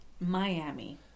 Miami